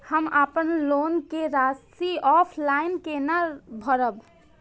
हम अपन लोन के राशि ऑफलाइन केना भरब?